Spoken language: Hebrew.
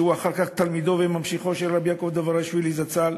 שהיה אחר כך תלמידו וממשיכו של רבי יעקב דבראשווילי זצ"ל,